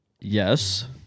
yes